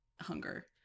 hunger